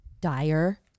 dire